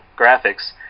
graphics